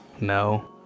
No